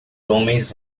homens